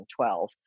2012